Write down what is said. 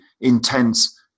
intense